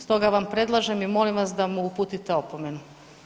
Stoga vam predlažem i molim vas da mu uputite opomenu.